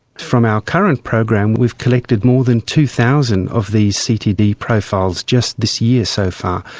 from our current program we've collected more than two thousand of these ctd profiles just this year so far.